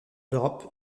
d’europe